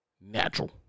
natural